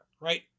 right